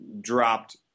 dropped